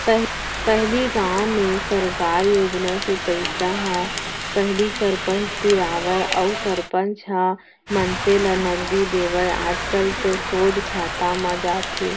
पहिली गाँव में सरकार योजना के पइसा ह पहिली सरपंच तीर आवय अउ सरपंच ह मनसे ल नगदी देवय आजकल तो सोझ खाता म जाथे